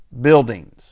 buildings